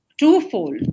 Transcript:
Twofold